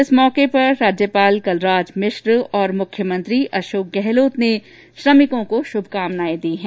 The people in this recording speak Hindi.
इस मौके पर राज्यपाल कलराज मिश्र और मुख्यमंत्री अशोक गहलोत ने श्रमिकों को शुभकामनाएं दी है